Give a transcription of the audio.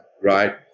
Right